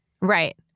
Right